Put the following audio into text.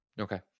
Okay